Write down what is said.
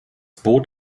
boot